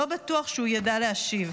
לא בטוח שהוא ידע להשיב.